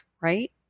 right